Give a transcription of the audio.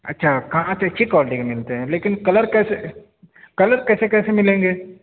اچھا کانچ اچھی کوالٹی کے ملتے ہیں لیکن کلر کیسے کلر کیسے کیسے ملیں گے